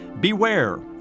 Beware